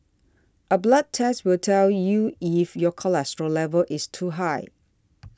a blood test will tell you if your cholesterol level is too high